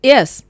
Yes